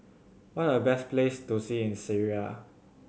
what are the best places to see in Syria